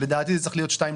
שלדעתי זה צריך להיות 2.7%,